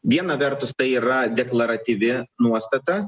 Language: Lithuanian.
viena vertus tai yra deklaratyvi nuostata